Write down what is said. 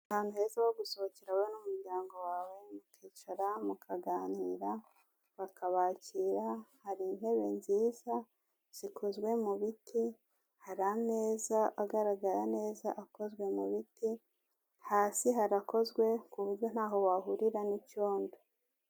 Ahantu heza ho gusohokera n'umuryango wawe mukicara mukaganira bakabakira, hari intebe nziza zikozwe mu biti, hari ameza agaragara neza akozwe mu biti, hasi harakozwe ku buryo ntaho wahurira n'icyondo.